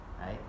right